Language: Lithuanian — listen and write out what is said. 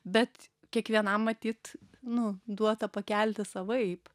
bet kiekvienam matyt nu duota pakelti savaip